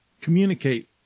communicate